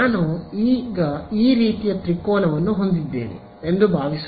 ನಾನು ಈಗ ಈ ರೀತಿಯ ತ್ರಿಕೋನವನ್ನು ಹೊಂದಿದ್ದೇನೆ ಎಂದು ಭಾವಿಸೋಣ